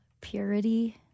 purity